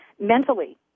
Mentally